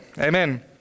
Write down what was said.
Amen